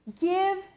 give